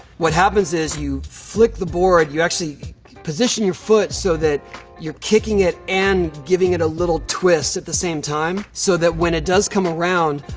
what happens is you flick the board. you actually position your foot so that you're kicking it and giving it a little twist at the same time so that, when it does come around,